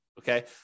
okay